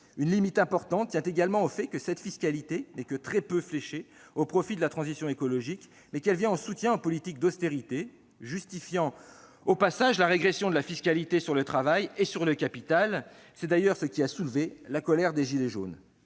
Une limite importante tient également au fait que cette fiscalité n'est que très peu fléchée au profit de la transition écologique : elle vient en soutien aux politiques d'austérité, justifiant au passage la régression de la fiscalité sur le travail et sur le capital. C'est d'ailleurs ce qui a soulevé la colère des « gilets jaunes